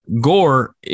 Gore